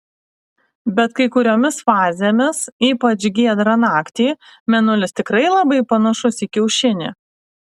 bet kai kuriomis fazėmis ypač giedrą naktį mėnulis tikrai labai panašus į kiaušinį